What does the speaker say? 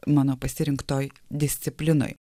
mano pasirinktoj disciplinoj